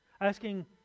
asking